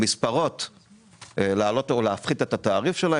אם הן רוצות להעלות או להוריד את התעריף של מספרות,